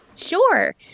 Sure